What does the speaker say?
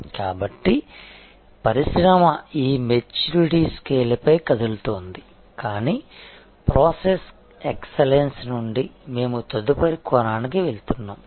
కాబట్టి పరిశ్రమ ఈ మెచ్యూరిటీ స్కేల్పై కదులుతోంది కానీ ప్రాసెస్ ఎక్సలెన్స్ నుండి మేము తదుపరి కోణానికి వెళ్తున్నాము